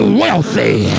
wealthy